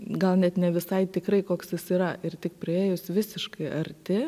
gal net ne visai tikrai koks jis yra ir tik priėjus visiškai arti